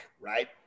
right